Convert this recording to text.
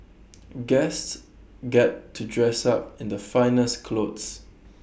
guests get to dress up in the finest clothes